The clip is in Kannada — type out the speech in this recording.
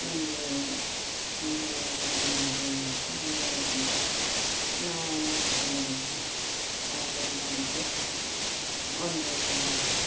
ನಮಗೆ ಹೇಳಿದ್ದರು ನೀವೇ ಅಡಿಗೆ ಮಾಡ್ರೀ ಅಂತ ನಮಗೆ ವಹಿಸಿದ್ರು ನಾವು ಅವಾಗ ಮಾಡಲೇ ಬೇಕಲ್ಲ ಆಗ ಏನು ಮಾಡಿದ್ವಿ ಒಂದು